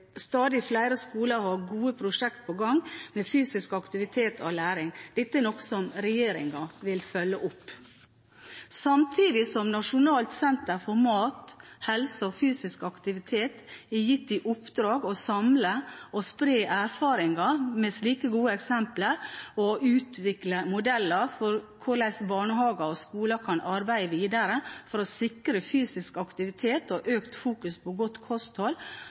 stadig flere skoler har gode prosjekter på gang om fysisk aktivitet og læring. Dette er noe som regjeringen vil følge opp. Samtidig som Nasjonalt senter for mat, helse og fysisk aktivitet er gitt i oppdrag å samle og spre erfaringer med slike gode eksempler og utvikle modeller for hvordan barnehager og skoler kan arbeide videre for å sikre fysisk aktivitet og økt vektlegging på godt kosthold,